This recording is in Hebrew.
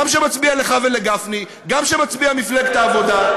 גם כשהם המצביעים שלך ושל גפני וגם כשהם מצביעי מפלגת העבודה.